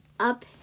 Up